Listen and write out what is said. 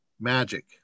magic